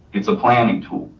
it's a planning tool,